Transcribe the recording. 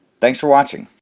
thanks for watching!